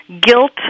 guilt